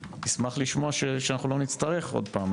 אשמח לשמוע שאנחנו לא נצטרך עוד פעם.